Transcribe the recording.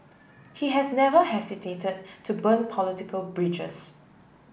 he has never hesitate to burn political bridges